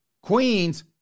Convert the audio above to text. Queens